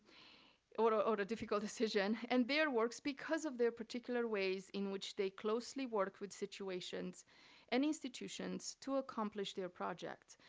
or a difficult decision, and their works, because of their particular ways in which they closely worked with situations and institutions to accomplish their project,